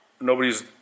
nobody's